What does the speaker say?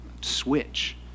switch